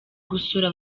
gusura